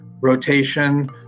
rotation